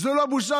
זו לא בושה?